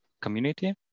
community